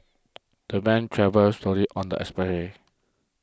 the van travelled slowly on the expressway